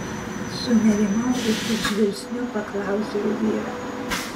sunerimau ir tik žvilgsniu paklausiau vyrą